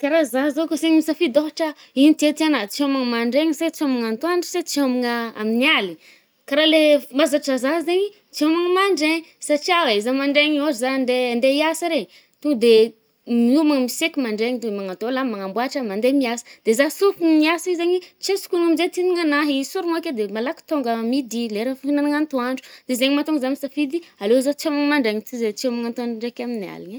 Kà raha zah zao koà asegny misafidy ôhatra ino tiàtiànà, tsy hôma-mandraigny se tsy hômagn’atoandro se tsy hômagna, amin’ny aly. karaha le fa maazatra zah zaigny, tsy hômagna mandraigny satrià oe zah mandraigny ôhatra ande-ande hiasa regny, to de miomagna, miseky mandraigny de magnatô lamba, magnamboàtraha, mande miasa. De zah sôfigny miasa i zaigny tsy azoko lô amzay te hinana nà i sorogno ake de malaky tônga midi, lera fihinagnana antoandro. De zaigny matônga zah misafidy i alô zah tsy hômagna mandraigny toy zay tsy hômagna atoandro ndraiky amin’ny aligny e.